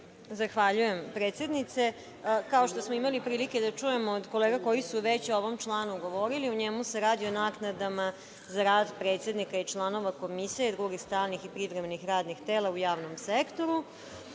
Hvala, predsednice. Kao što smo imali prilike da čujemo, od kolega koji su već o ovom članu govorili, u njemu se radi o naknadama za rad predsednika i članova komisija i drugih stalnih i privremenih radnih tela u javnom sektoru.